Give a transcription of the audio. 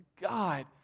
God